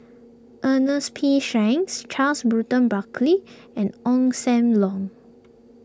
Ernest P Shanks Charles Bruton Buckley and Ong Sam Leong